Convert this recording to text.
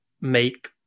make